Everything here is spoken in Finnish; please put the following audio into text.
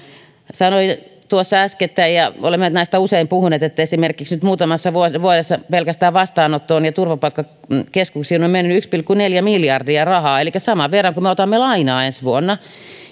sanoin tuossa äskettäin ja olemme näistä usein puhuneet että esimerkiksi nyt muutamassa vuodessa pelkästään vastaanottoon ja turvapaikkakeskuksiin on mennyt yksi pilkku neljä miljardia rahaa elikkä saman verran kuin me otamme lainaa ensi vuonna